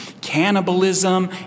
cannibalism